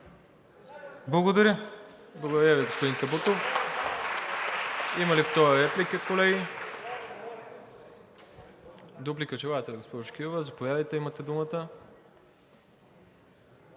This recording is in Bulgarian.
Благодаря Ви, господин Табутов. Има ли втора реплика, колеги? Дуплика желаете ли, госпожо Кирова? Заповядайте, имате думата.